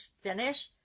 finish